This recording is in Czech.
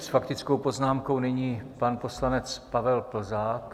S faktickou poznámkou nyní pan poslanec Pavel Plzák.